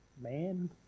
Man